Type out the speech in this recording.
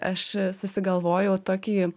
aš susigalvojau tokį